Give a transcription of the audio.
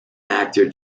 actor